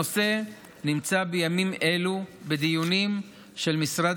הנושא נמצא בימים אלה בדיונים של משרד